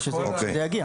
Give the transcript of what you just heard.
זה יגיע.